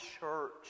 church